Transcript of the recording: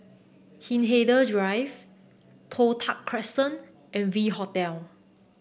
Hindhede Drive Toh Tuck Crescent and V Hotel